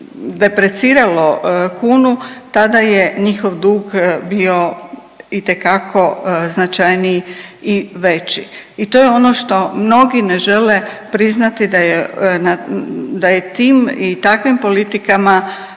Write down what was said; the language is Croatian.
depreciralo kunu tada je njihov dug bio itekako značajniji i veći. I to je ono što mnogi ne žele priznati da je tim i takvim politikama